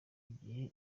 igihe